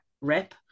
rep